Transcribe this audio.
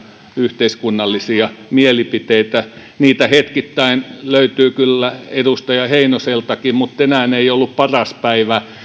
yhteiskunnallisia mielipiteitä niitä hetkittäin löytyy kyllä edustaja heinoseltakin mutta tänään ei ollut paras päivä